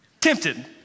Tempted